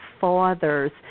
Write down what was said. fathers